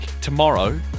tomorrow